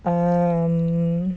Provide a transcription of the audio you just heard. um